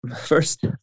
first